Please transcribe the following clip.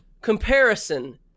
comparison